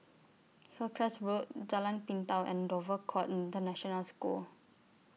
Hillcrest Road Jalan Pintau and Dover Court International School